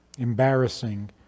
embarrassing